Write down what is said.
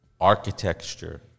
Architecture